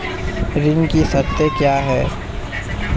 ऋण की शर्तें क्या हैं?